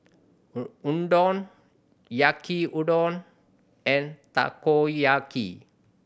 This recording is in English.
Unadon Yaki Udon and Takoyaki